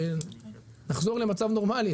כשנחזור למצב נורמלי,